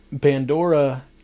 Pandora